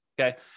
okay